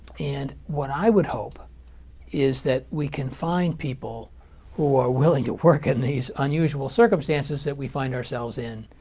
and what i would hope is that we can find people who are willing to work in these unusual circumstances that we find ourselves in,